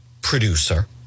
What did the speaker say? producer